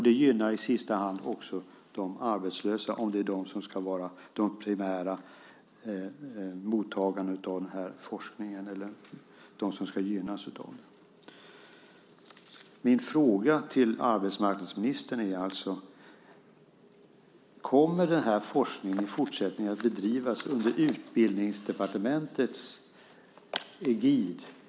Det gynnar i sista hand också de arbetslösa, om det är de som ska vara de primära mottagarna av den här forskningen eller de som ska gynnas av den. Min fråga till arbetsmarknadsministern är alltså: Kommer den här forskningen i fortsättningen att bedrivas under Utbildningsdepartementets egid?